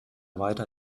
weiter